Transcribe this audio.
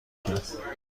کرد